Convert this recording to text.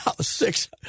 six